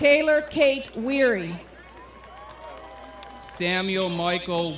taylor kate weary samuel michael